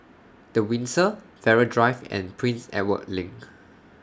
The Windsor Farrer Drive and Prince Edward LINK